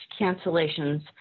cancellations